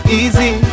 easy